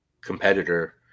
competitor